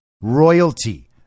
royalty